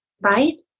right